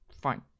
fine